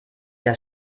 der